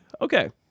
Okay